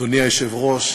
אדוני היושב-ראש,